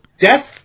death